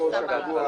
--- היושב-ראש הקבוע,